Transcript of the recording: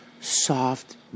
soft